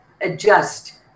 adjust